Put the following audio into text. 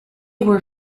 were